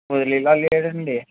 వదిలేలా లేడండి